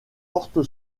porte